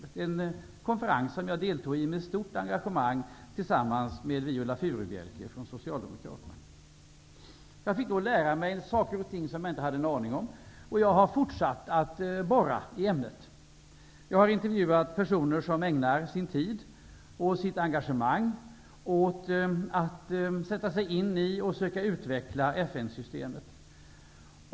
Det var en konferens som jag deltog i med stort engagemang tillsammans med Viola Jag fick då lära mig saker och ting som jag inte hade en aning om. Jag har fortsatt att borra i ämnet. Jag har intervjuat personer som ägnar sin tid och sitt engagemang åt att sätta sig in i och försöka utveckla FN-systemet.